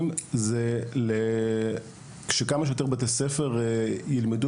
על מנת להביא למצב שכמה שיותר בתי ספר במזרח ירושלים ילמדו